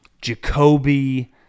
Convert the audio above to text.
Jacoby